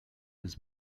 his